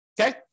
okay